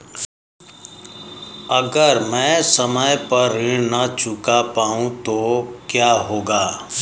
अगर म ैं समय पर ऋण न चुका पाउँ तो क्या होगा?